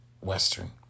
Western